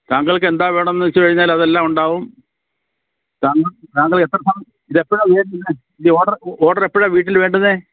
താങ്കൾക്ക് എന്താ വേണ്ടതെന്ന് വച്ച് കഴിഞ്ഞാൽ അതെല്ലാം ഉണ്ടാവും താങ്കൾ താങ്കൾ എത്ര സമയം ഇതെപ്പോഴാണ് വിചാരിക്കുന്നത് ഈ ഓഡർ ഓഡർ എപ്പോഴാണ് വീട്ടിൽ വേണ്ടുന്നത്